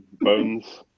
Bones